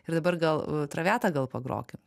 ir dabar gal traviatą gal pagrokim